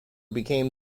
became